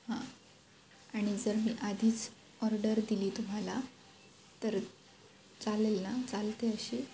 हां आणि जर मी आधीच ऑर्डर दिली तुम्हाला तर चालेल ना चालते असे